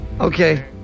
Okay